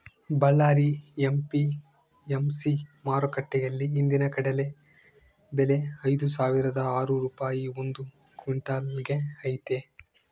Ballari APMC ಮಾರುಕಟ್ಟೆಯಲ್ಲಿ ಇಂದಿನ ಕಡಲೆ ಬೆಲೆ ಐದುಸಾವಿರದ ಆರು ರೂಪಾಯಿ ಒಂದು ಕ್ವಿನ್ಟಲ್ ಗೆ ಐತೆ